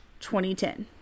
2010